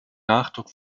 nachdruck